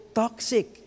toxic